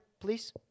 please